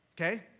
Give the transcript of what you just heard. okay